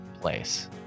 place